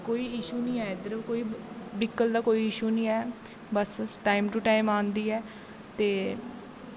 कोई इशू नी ऐ ब्हीकल दा कोई इशू नी ऐ बस टाईम टू टाईम आंदी ऐ ते